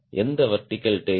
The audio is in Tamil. எந்த வெர்டிகல் டேய்ல்